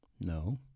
No